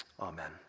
Amen